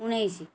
ଉଣେଇଶି